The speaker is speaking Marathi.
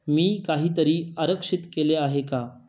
मी काहीतरी आरक्षित केले आहे का